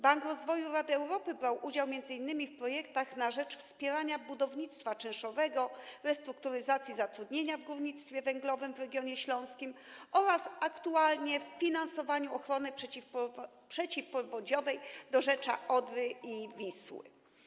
Bank Rozwoju Rady Europy brał udział m.in. w projektach na rzecz wspierania budownictwa czynszowego, restrukturyzacji zatrudnienia w górnictwie węglowym w regionie śląskim oraz aktualnie bierze udział w finansowaniu ochrony przeciwpowodziowej dorzecza Odry i Wisły.